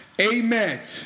Amen